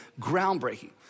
groundbreaking